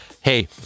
hey